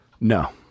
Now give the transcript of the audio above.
No